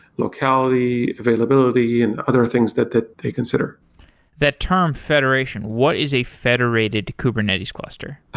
locality, availability and other things that that they consider that term federation, what is a federated kubernetes cluster?